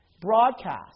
broadcast